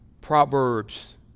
Proverbs